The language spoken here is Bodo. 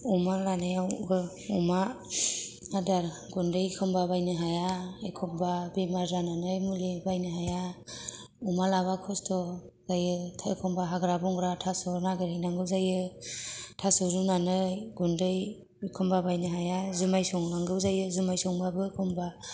अमा लानायावबो अमा आदार गुन्दै एखनबा बायनो हाया एखनबा बेमार जानानै मुलि बायनो हाया अमा लाबा खस्थ' जायो एखमबा हाग्रा बंग्रा थास नागेर हैनांगौ जायो थास रुनानै गुनदै एखनबा बायनो हाया जुमाय संनांगौ जायो जुमाय संबाबो एखनबा